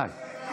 די.